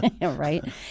Right